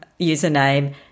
username